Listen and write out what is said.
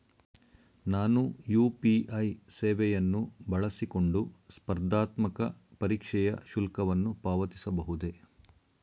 ನಾನು ಯು.ಪಿ.ಐ ಸೇವೆಯನ್ನು ಬಳಸಿಕೊಂಡು ಸ್ಪರ್ಧಾತ್ಮಕ ಪರೀಕ್ಷೆಯ ಶುಲ್ಕವನ್ನು ಪಾವತಿಸಬಹುದೇ?